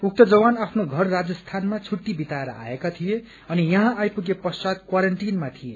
उक्त जवान आफ्नो घर राजस्थानमा छुट्टी बिताएर आएका थिए अनि यहाँ आइपुगे पश्वात क्वारान्टाइनमा थिए